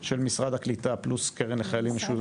או מדוע שלא תייצרו קרן כזו לחיילים בודדים?